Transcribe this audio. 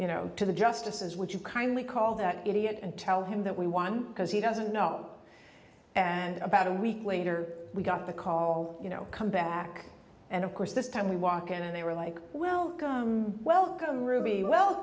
you know to the justices would you kindly call that idiot and tell him that we won because he doesn't know and about a week later we got the call you know come back and of course this time we walk in and they were like well come welcome ruby wel